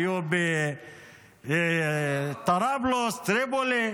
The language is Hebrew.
היו בטריפולי,